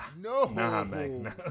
no